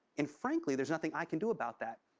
and frankly, there's nothing i can do about that,